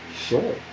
Sure